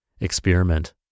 experiment